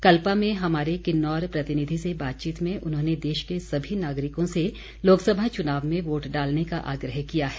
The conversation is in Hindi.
कल्पा में हमारे किन्नौर प्रतिनिधि से बातचीत में उन्होंने देश के सभी नागरिकों से लोकसभा चुनाव में वोट डालने का आग्रह किया है